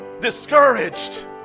discouraged